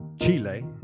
Chile